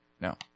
no